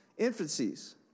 infancies